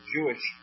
Jewish